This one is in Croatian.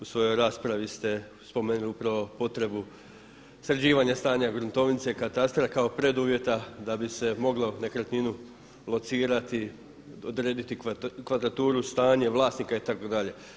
U svojoj raspravi ste spomenuli upravo potrebu sređivanja stanja gruntovnice, katastra kao preduvjeta da bi se moglo nekretninu locirati, odrediti kvadraturu, stanje, vlasnika itd.